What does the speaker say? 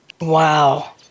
Wow